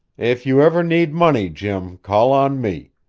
if you ever need money, jim, call on me.